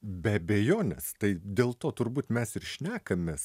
be abejonės tai dėl to turbūt mes ir šnekamės